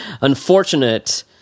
Unfortunate